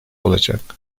olacak